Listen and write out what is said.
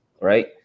right